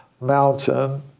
Mountain